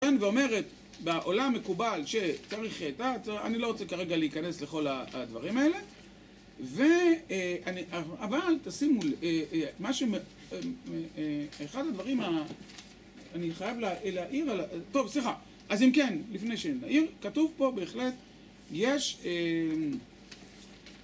...ואומרת בעולם מקובל שצריך... אני לא רוצה כרגע להיכנס לכל הדברים האלה, אבל תשימו... אחד הדברים... אני חייב להעיר... טוב, סליחה. אז אם כן, לפני שהעיר... כתוב פה בהחלט, יש...